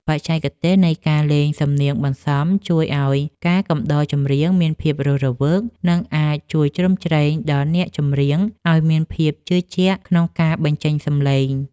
បច្ចេកទេសនៃការលេងសំនៀងបន្សំជួយឱ្យការកំដរចម្រៀងមានភាពរស់រវើក និងអាចជួយជ្រោមជ្រែងដល់អ្នកចម្រៀងឱ្យមានភាពជឿជាក់ក្នុងការបញ្ចេញសម្លេង។